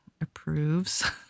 approves